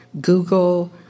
Google